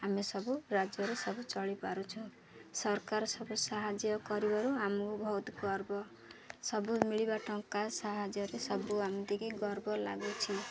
ଆମେ ସବୁ ରାଜ୍ୟରେ ସବୁ ଚଳିପାରୁଛୁ ସରକାର ସବୁ ସାହାଯ୍ୟ କରିବାରୁ ଆମକୁ ବହୁତ ଗର୍ବ ସବୁ ମିଳିବା ଟଙ୍କା ସାହାଯ୍ୟରେ ସବୁ ଏମିତିକି ଗର୍ବ ଲାଗୁଛି